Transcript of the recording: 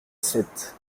sept